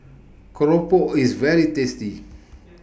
Keropok IS very tasty